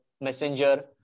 messenger